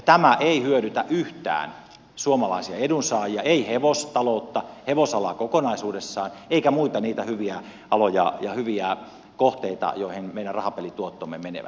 tämä ei hyödytä yhtään suomalaisia edunsaajia ei hevostaloutta hevosalaa kokonaisuudessaan eikä muita niitä hyviä aloja ja hyviä kohteita joihin meidän rahapelituottomme menevät